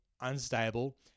unstable